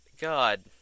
God